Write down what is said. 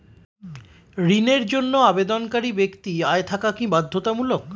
ঋণের জন্য আবেদনকারী ব্যক্তি আয় থাকা কি বাধ্যতামূলক?